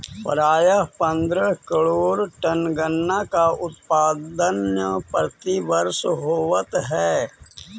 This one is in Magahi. प्रायः पंद्रह करोड़ टन गन्ना का उत्पादन प्रतिवर्ष होवत है